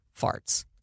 farts